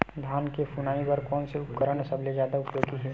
धान के फुनाई बर कोन से उपकरण सबले जादा उपयोगी हे?